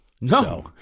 No